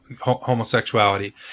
homosexuality